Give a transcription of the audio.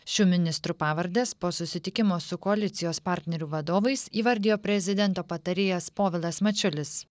šių ministrų pavardes po susitikimo su koalicijos partnerių vadovais įvardijo prezidento patarėjas povilas mačiulis